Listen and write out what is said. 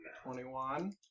Twenty-one